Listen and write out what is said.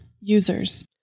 users